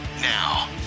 Now